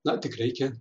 na tik reikia